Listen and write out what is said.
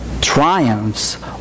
triumphs